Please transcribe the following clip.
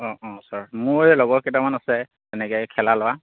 অঁ অঁ ছাৰ মোৰ এই লগৰ কেইটামান আছে তেনেকে খেলা ল'ৰা